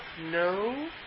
No